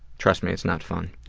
trust me, it's not fun.